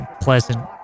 Pleasant